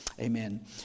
Amen